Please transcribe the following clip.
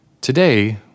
Today